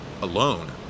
alone